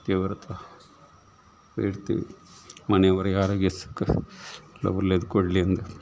ದೇವರ ಹತ್ರ ಬೇಡ್ತೀವಿ ಮನೆಯವರು ಯಾರಿಗೆ ಸುಖ ಎಲ್ಲಾ ಒಳ್ಳೆದು ಕೊಡಲಿ ಅಂತ